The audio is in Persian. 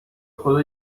خدا